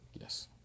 yes